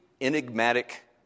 enigmatic